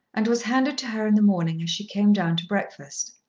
and was handed to her in the morning as she came down to breakfast.